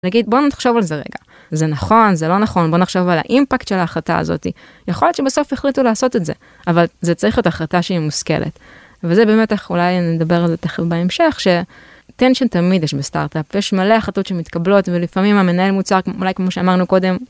נגיד בוא נחשוב על זה רגע זה נכון זה לא נכון בוא נחשוב על האימפקט של ההחלטה הזאתי יכול להיות שבסוף החליטו לעשות את זה אבל זה צריך את החלטה שהיא מושכלת. וזה באמת איך אולי נדבר על זה אולי תכף בהמשך אטנשן תמיד יש בסטארטאפ יש מלא החלטות שמתקבלות ולפעמים המנהל מוצר כמו שאמרנו קודם.